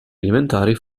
alimentari